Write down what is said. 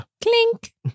Clink